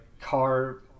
Car